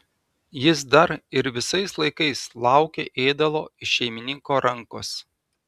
jis dar ir visais laikais laukė ėdalo iš šeimininko rankos